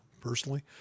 personally